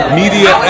media